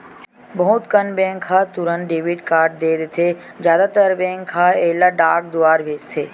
बहुत कन बेंक ह तुरते डेबिट कारड दे देथे फेर जादातर बेंक ह एला डाक दुवार भेजथे